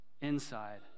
inside